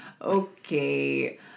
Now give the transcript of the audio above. Okay